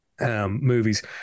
Movies